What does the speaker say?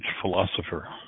philosopher